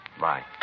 Bye